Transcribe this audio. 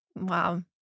Wow